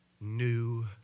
new